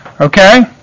Okay